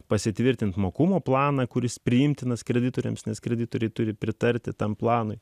pasitvirtinti mokumo planą kuris priimtinas kreditoriams nes kreditoriai turi pritarti tam planui